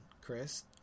Chris